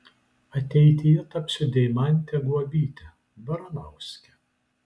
ateityje tapsiu deimante guobyte baranauske